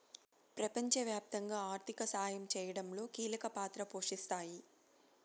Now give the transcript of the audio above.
ప్రపంచవ్యాప్తంగా ఆర్థిక సాయం చేయడంలో కీలక పాత్ర పోషిస్తాయి